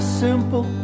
simple